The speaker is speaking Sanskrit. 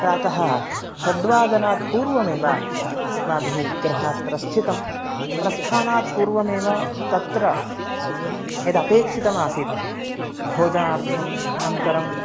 प्रातः षड्वादनात् पूर्वमेव अस्माभिः गृहात् प्रस्थितं प्रस्थानात् पूर्वमेव तत्र यदपेक्षितमासीत् भोजनार्थम् अनन्तरम्